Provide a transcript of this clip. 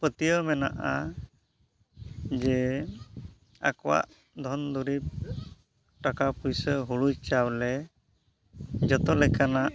ᱯᱟᱹᱛᱭᱟᱹᱣ ᱢᱮᱱᱟᱜᱼᱟ ᱡᱮ ᱟᱠᱚᱣᱟᱜ ᱫᱷᱚᱱ ᱫᱚᱨᱤᱵᱽ ᱴᱟᱠᱟ ᱯᱩᱭᱥᱟᱹ ᱦᱳᱲᱳ ᱪᱟᱣᱞᱮ ᱡᱚᱛᱚ ᱞᱮᱠᱟᱱᱟᱜ